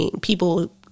People